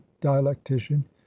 dialectician